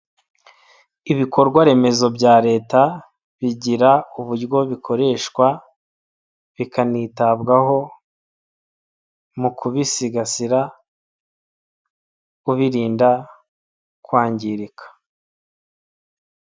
Ibikorwa remezo bya Leta, bigira uburyo bikoreshwa, bikanitabwaho, mu kubisigasira, bikarinda kwangirika.